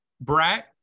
Brat